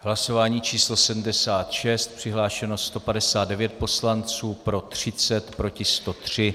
Hlasování číslo 76, přihlášeno 159 poslanců, pro 30, proti 103.